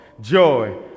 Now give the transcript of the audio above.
Joy